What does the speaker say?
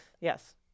Yes